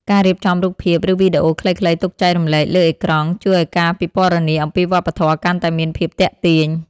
ការរៀបចំរូបភាព ឬវីដេអូខ្លីៗទុកចែករំលែកលើអេក្រង់ ជួយឱ្យការពិពណ៌នាអំពីវប្បធម៌កាន់តែមានភាពទាក់ទាញ។